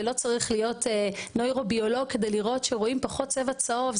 ולא צריך להיות נוירו-ביולוג כדי לראות שרואים פחות צבע צהוב,